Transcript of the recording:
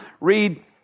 read